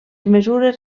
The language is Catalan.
mesures